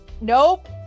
nope